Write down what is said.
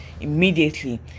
immediately